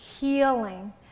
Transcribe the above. healing